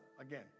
Again